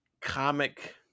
comic